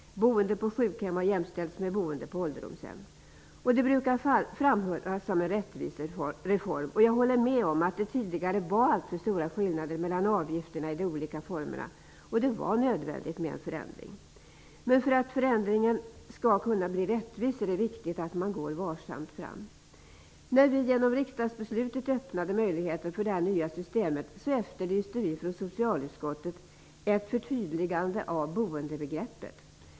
Boende på sjukhem har jämställts med boende på ålderdomshem. Det brukar framhållas som en rättvisereform, och jag håller med om att det tidigare var alltför stora skillnader mellan avgifterna i de olika formerna. Det var nödvändigt med en förändring. Men för att förändringen skall kunna bli rättvis är det viktigt att man går varsamt fram. När vi genom riksdagsbeslutet öppnade möjligheten för det nya systemet, efterlyste vi från socialutskottet ett förtydligande av boendebegreppet.